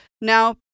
Now